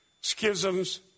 schisms